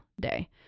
day